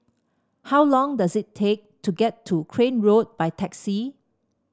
how long does it take to get to Crane Road by taxi